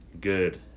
good